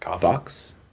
box